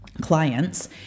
clients